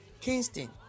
Kingston